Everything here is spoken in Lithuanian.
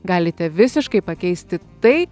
galite visiškai pakeisti tai